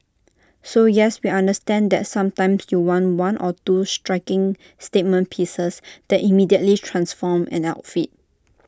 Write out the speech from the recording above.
so yes we understand that sometimes you want one or two striking statement pieces that immediately transform an outfit